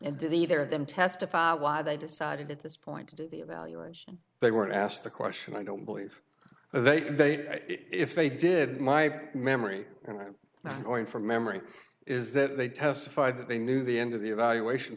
and did either of them testify why they decided at this point to do the evaluation they weren't asked a question i don't believe they can they if they did my memory and i'm going from memory is that they testified that they knew the end of the evaluation